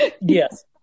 yes